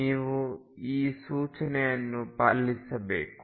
ನೀವು ಈ ಸೂಚನೆಯನ್ನು ಪಾಲಿಸಬೇಕು